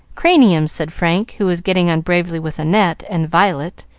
cranium, said frank, who was getting on bravely with annette and violet.